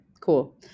Cool